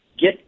get